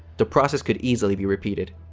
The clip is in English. the process could easily be repeated.